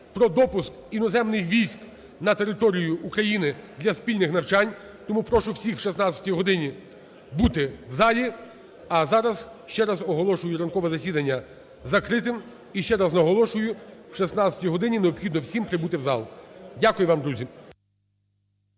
про допуск іноземних військ на територію України для спільних навчань. Тому прошу всіх о 16-й годині бути в залі. А зараз ще раз оголошую ранкове засідання закритим. І ще раз наголошую, о 16-й годині необхідно всім прибути в зал. Дякую вам, друзі.